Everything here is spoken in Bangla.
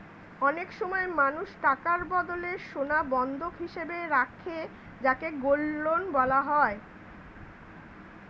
অনেক সময় মানুষ টাকার বদলে সোনা বন্ধক হিসেবে রাখে যাকে গোল্ড লোন বলা হয়